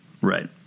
Right